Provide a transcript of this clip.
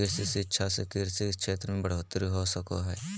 कृषि शिक्षा से कृषि क्षेत्र मे बढ़ोतरी हो सको हय